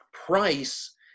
Price